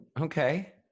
okay